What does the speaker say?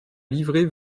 livrée